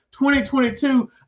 2022